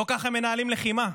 לא ככה מנהלים לחימה,